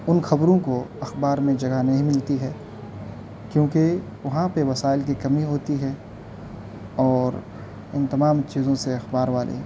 ان خبروں کو اخبار میں جگہ نہیں ملتی ہے کیونکہ وہاں پہ وسائل کی کمی ہوتی ہے اور ان تمام چیزوں سے اخبار والے